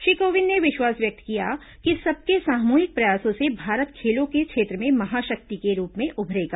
श्री कोविंद ने विश्वास व्यक्त किया कि सबके सामूहिक प्रयासों से भारत खेलों के क्षेत्र में महाशक्ति के रूप में उभरेगा